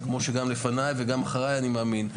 כמו שגם לפניי וגם אחריי אני מאמין,